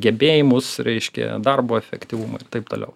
gebėjimus reiškia darbo efektyvumą ir taip toliau